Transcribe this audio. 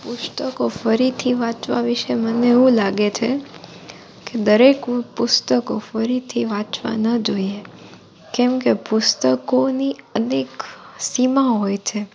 પુસ્તકો ફરીથી વાંચવા વિશે મને એવું લાગે છે કે દરેક પુસ્તકો ફરીથી વાંચવા ન જોઈએ કેમ કે પુસ્તકોની અનેક સીમા હોય છે